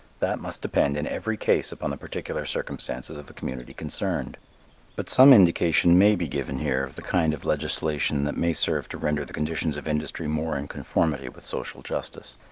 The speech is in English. that must depend in every case upon the particular circumstances of the community concerned but some indication may be given here of the kind of legislation that may serve to render the conditions of industry more in conformity with social justice.